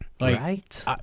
Right